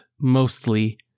mostly